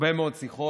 הרבה מאוד שיחות,